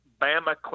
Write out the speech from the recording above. Bama